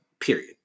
Period